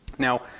now,